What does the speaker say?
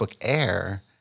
Air